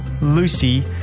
Lucy